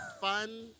fun